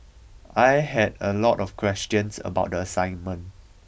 I had a lot of questions about the assignment